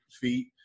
feet